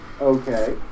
okay